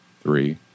three